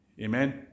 amen